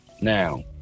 Now